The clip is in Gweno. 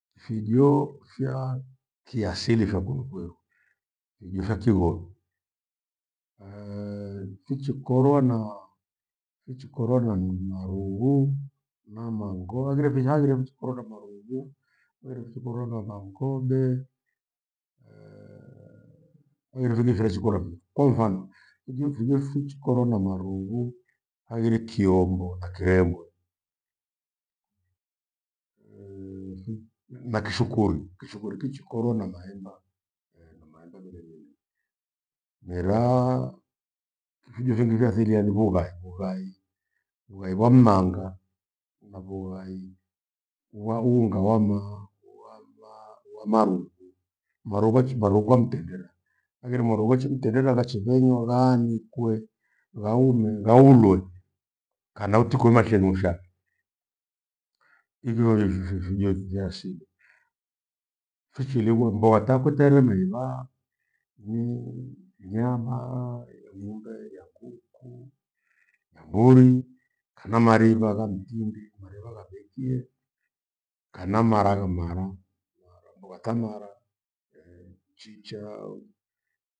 Fijo fya kiasili fyakunu kweru, fijo fya kighonu fichikorwa na- fichikorwa nan- marughu na mango- haghire fichihaghire fichikora na marughu, ere fichikorwa na mangobe heghire vingine vichikorwa kijo- kwamfano fijo fijefichikorwa na marughu haghire kiombo na kirembwe na kishukuri. Kishukuri kichikorwa na maemba eeh! na maemba mbera nunu. Mera fijo fingi vya athiri hai ni vughai, vughai wa mmanga na vughai wa unga wamaa- wamaa- wamarughu. Marughu achi marugwa mtendera haghire marughachi mtendera ghachigweni holaa nikue ghaume- ghaulwe kana utikwe mashenosha, ivyo ni- ififi- jo- vyo vya asili. Vichiligwa mboa takwe tareri mirima ni nyama ya ng'ombe, ya kuku, ya mburi, kana maripha gha mtindi, maripha gha bekie, kana maragha- mara- mara mbogha tamara eh! mchichaa.